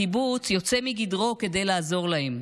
הקיבוץ יוצא מגדרו כדי לעזור להם,